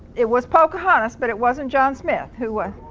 it was pocahontas but it wasn't john smith, who was